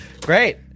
Great